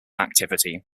activity